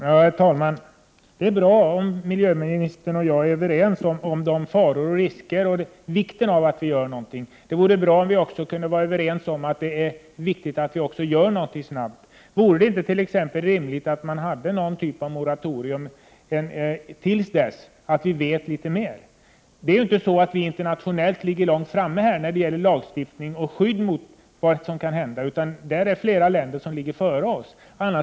Herr talman! Det är bra om miljöministern och jag är överens om farorna och riskerna och om vikten av att göra någonting. Det vore bra om vi också kunde vara överens om att det är viktigt att det verkligen görs någonting snabbt. Vore det t.ex. inte rimligt att ha någon typ av moratorium till dess att vi vet litet mera? Internationellt ligger Sverige inte långt framme när det gäller lagstiftning om skydd mot vad som kan hända, utan flera länder ligger före oss i detta.